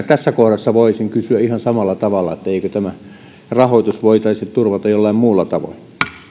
tässä kohdassa voisin kysyä ihan samalla tavalla eikö tämä rahoitus voitaisi turvata jollain muulla tavoin